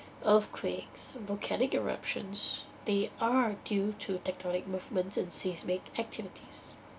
earthquakes volcanic eruptions they are due to tectonic movements and seismic activities